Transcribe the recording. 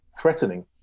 threatening